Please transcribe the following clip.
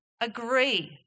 agree